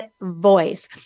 voice